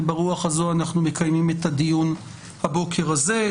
וברוח הזו אנחנו מקיימים את הדיון הבוקר הזה.